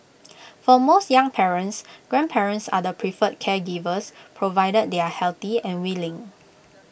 for most young parents grandparents are the preferred caregivers provided they are healthy and willing